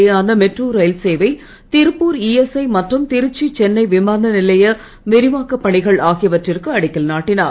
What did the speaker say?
யேயான metro rail சேவை Tiruppur ESI மற்றும் திருச்சி சென்னை விமானநிலைய விரிவாக்கப் பணிகள் அகியவற்றிற்கு அடிக்கல் நாட்டினார்